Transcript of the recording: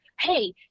hey